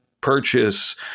purchase